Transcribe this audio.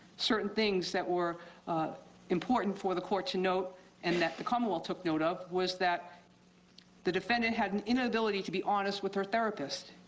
certain things that were important for the court to note and that the commonwealth took note of was that the defendant had an inability to be honest with her therapist,